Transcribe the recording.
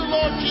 Lord